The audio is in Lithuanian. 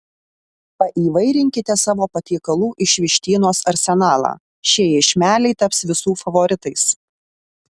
paįvairinkite savo patiekalų iš vištienos arsenalą šie iešmeliai taps visų favoritais